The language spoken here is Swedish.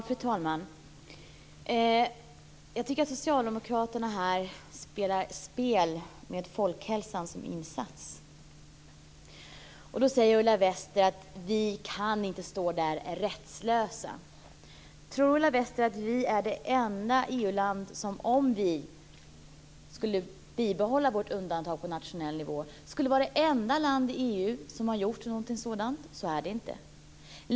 Fru talman! Jag tycker att socialdemokraterna här spelar ett spel med folkhälsan som insats. Ulla Wester säger: Vi kan inte stå rättslösa. Tror Ulla Wester att vi, om vi skulle bibehålla vårt undantag på nationell nivå, skulle vara det enda land i EU som har gjort något sådant? Så är det inte.